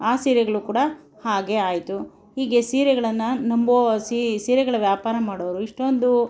ಆ ಸೀರೆಗಳು ಕೂಡ ಹಾಗೆ ಆಯಿತು ಹೀಗೆ ಸೀರೆಗಳನ್ನು ನಂಬೊ ಸೀರೆಗಳ ವ್ಯಾಪಾರ ಮಾಡೋರು ಇಷ್ಟೊಂದು